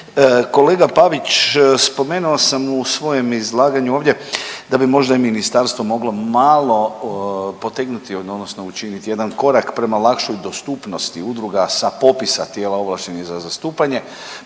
kolega Pavić spomenuo sam u svojem izlaganju ovdje da bi možda i ministarstvo moglo malo potegnuti odnosno učiniti jedan korak prema lakšoj dostupnosti udruga sa popisa tijela ovlaštenih za zastupanje,